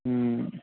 ହୁଁ